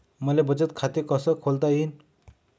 मले बचत खाते कसं खोलता येईन?